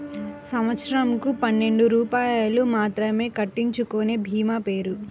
సంవత్సరంకు పన్నెండు రూపాయలు మాత్రమే కట్టించుకొనే భీమా పేరు?